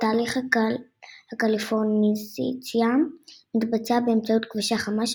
תהליך ה"קליפורניזציה" מתבצע באמצעות כבישה חמה,